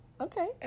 okay